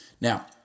Now